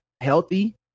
healthy